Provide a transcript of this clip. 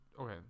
Okay